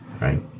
right